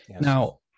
Now